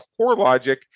CoreLogic